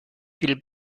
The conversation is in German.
viel